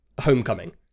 Homecoming